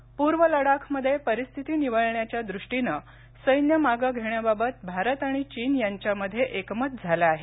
चर्चा पूर्व लडाखमध्ये परिस्थिती निवळण्याच्या दृष्टीनं सैन्य मागे घेण्याबाबत भारत आणि चीन यांच्यामध्ये एकमत झालं आहे